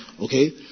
Okay